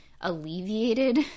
alleviated